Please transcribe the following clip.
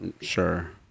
sure